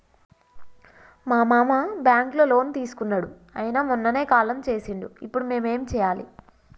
మా మామ బ్యాంక్ లో లోన్ తీసుకున్నడు అయిన మొన్ననే కాలం చేసిండు ఇప్పుడు మేం ఏం చేయాలి?